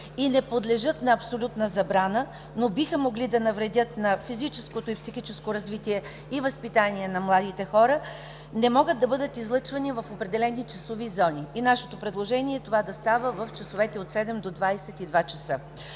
и не подлежат на абсолютна забрана, но биха могли да навредят на физическото и психическото развитие и възпитание на младите хора, не могат да бъдат излъчвани в определени часови зони. Нашето предложение е това да са часовете от 7,00 до 22,00 ч.